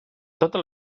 totes